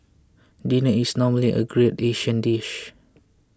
dinner is normally a great Asian dish